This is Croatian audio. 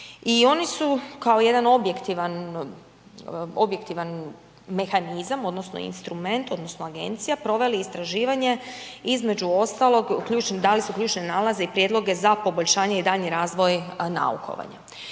i oni su kao jedan objektivan mehanizam odnosno instrument odnosno agencija proveli istraživanje između ostalog dali su ključne nalaze i prijedloge za poboljšanje i daljnji razvoj naukovanja.